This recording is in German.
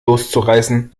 loszureißen